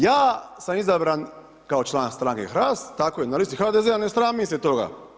Ja sam izabran kao član stranke HRAST, tako i na listi HDZ-a ne sramim se toga.